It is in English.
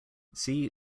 see